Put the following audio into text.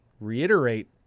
reiterate